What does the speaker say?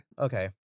Okay